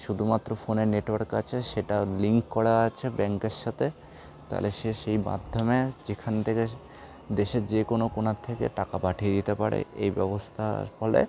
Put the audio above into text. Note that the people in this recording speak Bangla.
শুধুমাত্র ফোনের নেটওয়ার্ক আছে সেটার লিঙ্ক করা আছে ব্যাঙ্কের সাথে তাহলে সে সেই মাধ্যমে যেখান থেকে দেশের যে কোনো কোনার থেকে টাকা পাঠিয়ে দিতে পারে এই ব্যবস্থা হলে